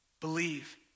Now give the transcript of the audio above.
Believe